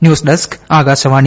news desk Akashvani